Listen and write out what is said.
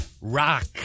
rock